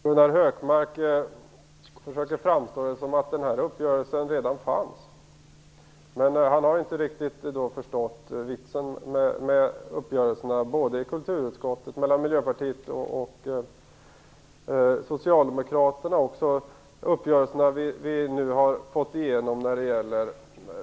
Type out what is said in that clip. Herr talman! Gunnar Hökmark försöker få det att framstå som om den här uppgörelsen redan fanns. Men han har inte riktigt förstått vitsen med uppgörelserna mellan Miljöpartiet och Socialdemokraterna i kulturutskottet och den uppgörelse vi nu har fått igenom